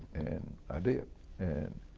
and i did, and